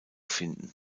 finden